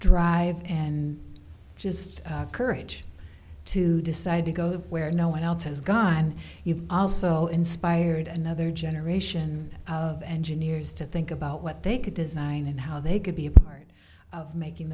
drive and just courage to decide to go where no one else has gone you've also inspired another generation of engineers to think about what they could design and how they could be a part of making